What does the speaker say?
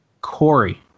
Corey